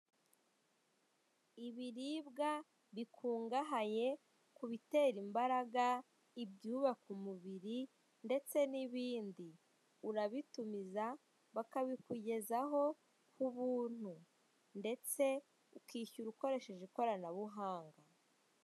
Ibiribwa bikungahaye kubitera imbaraga, ibyubaka umubiri ndetse nibindi. urabitumiza bakabikugezaho hu buntu, ndetse ukishyura ukoresheje ikoranabuhanga.